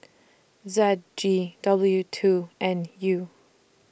Z G W two N U